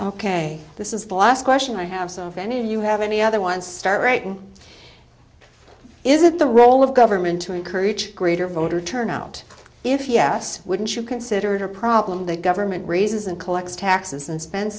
ok this is the last question i have so many of you have any other ones start writing is it the role of government to encourage greater voter turnout if yes wouldn't you consider problem that government raises and collects taxes and spend